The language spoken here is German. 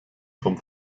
vom